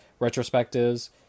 retrospectives